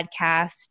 podcast